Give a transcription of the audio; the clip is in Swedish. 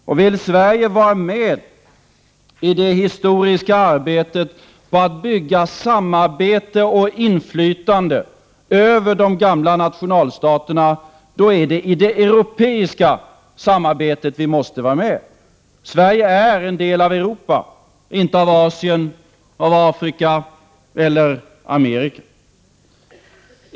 Vill vi i Sverige vara med i det historiska arbetet på att bygga samarbete och inflytande över de gamla nationalstaterna, då är det i det europeiska samarbetet som vi måste vara med. Sverige är en del av Europa - inte av Asien, Afrika eller Amerika.